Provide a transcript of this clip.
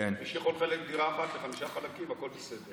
מי שיכול לחלק דירה אחת לחמישה חלקים, הכול בסדר.